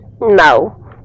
No